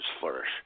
flourish